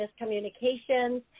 miscommunications